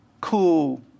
cool